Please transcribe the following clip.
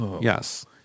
Yes